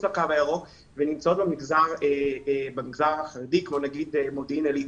לקו הירוק ובמגזר החרדי: במודיעין עילית,